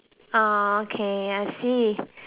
ah okay I see